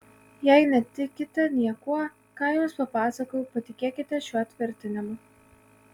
jei netikite niekuo ką jums papasakojau patikėkite šiuo tvirtinimu